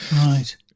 Right